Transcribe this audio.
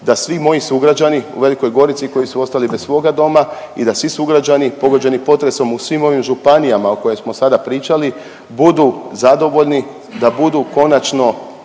da svi moji sugrađani u Velikoj Gorici koji su ostali bez svoga doma i da svi sugrađani pogođeni potresom u svim ovim županijama o kojim smo sada pričali budu zadovoljni, da budu konačno